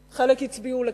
חלק הצביעו לך,